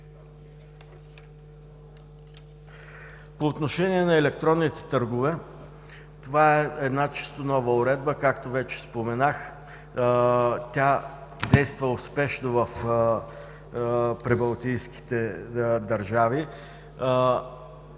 По отношение на електронните търгове, това е чисто нова уредба. Както вече споменах, тя действа успешно в прибалтийските държави.